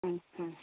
ଉଁ ହୁଁ